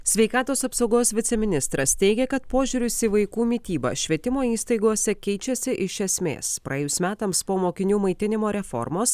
sveikatos apsaugos viceministras teigia kad požiūris į vaikų mitybą švietimo įstaigose keičiasi iš esmės praėjus metams po mokinių maitinimo reformos